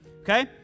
okay